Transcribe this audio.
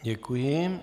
Děkuji.